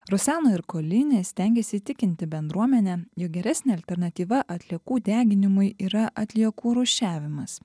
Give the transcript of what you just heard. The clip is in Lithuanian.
rosano erkolini stengėsi įtikinti bendruomenę jog geresnė alternatyva atliekų deginimui yra atliekų rūšiavimas